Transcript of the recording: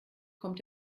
kommt